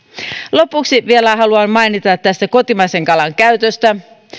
lopuksi vielä haluan mainita tästä kotimaisen kalan käytöstä